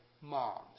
moms